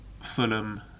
Fulham